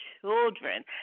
children